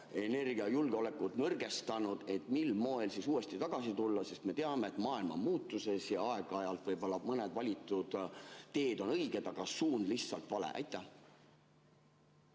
energiajulgeolekut nõrgestanud, mil moel siis uuesti tagasi tulla? Me teame, et maailm on muutuses ja aeg-ajalt võib-olla mõned valitud teed on õiged, aga suund lihtsalt vale. Aitäh!